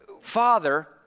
father